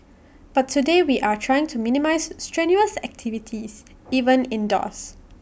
but today we are trying to minimise strenuous activities even indoors